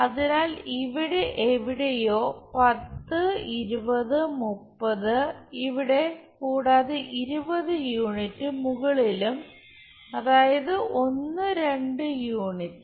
അതിനാൽ ഇവിടെ എവിടെയോ 10 20 30 ഇവിടെ കൂടാതെ 20 യൂണിറ്റ്സ് മുകളിലും അതായത് 1 2 യൂണിറ്റ്